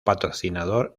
patrocinador